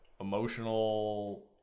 emotional